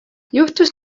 juhtus